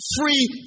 free